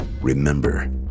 Remember